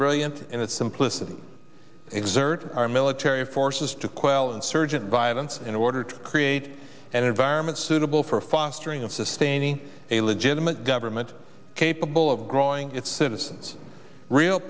brilliant in its simplicity exert our military forces to quell insurgent violence in order to create an environment suitable for fostering and sustaining a legitimate government capable of growing its citizens real